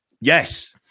Yes